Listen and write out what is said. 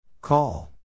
Call